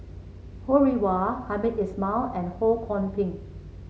Ho Rih Hwa Hamed Ismail and Ho Kwon Ping